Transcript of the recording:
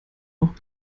auch